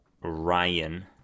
Ryan